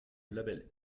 label